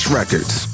records